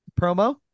promo